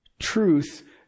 truth